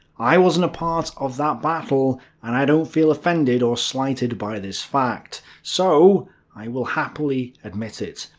i wasn't part of that battle and i don't feel offended or slighted by this fact. so i will happily admit it.